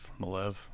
Malev